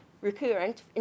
recurrent